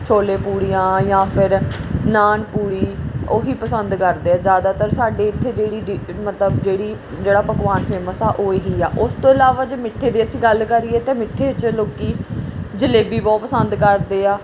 ਛੋਲੇ ਪੂਰੀਆਂ ਜਾਂ ਫਿਰ ਨਾਨ ਪੂਰੀ ਉਹ ਹੀ ਪਸੰਦ ਕਰਦੇ ਆ ਜ਼ਿਆਦਾਤਰ ਸਾਡੇ ਇੱਥੇ ਜਿਹੜੀ ਡਿ ਮਤਲਬ ਜਿਹੜੀ ਜਿਹੜਾ ਪਕਵਾਨ ਫੇਮਸ ਆ ਉਹ ਇਹ ਹੀ ਆ ਉਸਤੋਂ ਇਲਾਵਾ ਜੇ ਮਿੱਠੇ ਦੀ ਅਸੀਂ ਗੱਲ ਕਰੀਏ ਤਾਂ ਮਿੱਠੇ 'ਚ ਲੋਕ ਜਲੇਬੀ ਬਹੁਤ ਪਸੰਦ ਕਰਦੇ ਆ